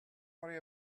worry